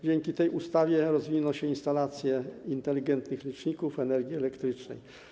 Dzięki tej ustawie rozwiną się instalacje inteligentnych liczników energii elektrycznej.